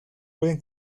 pueden